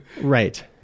Right